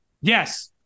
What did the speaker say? yes